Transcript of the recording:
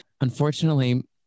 unfortunately